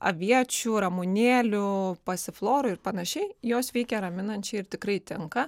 aviečių ramunėlių pasiflorų ir panašiai jos veikia raminančiai ir tikrai tinka